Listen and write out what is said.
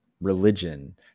religion